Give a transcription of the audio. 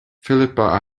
philippa